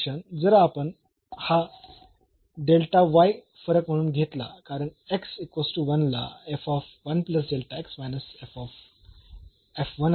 तर हे फंक्शन जर आपण हा फरक म्हणून घेतला कारण ला असेल